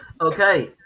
Okay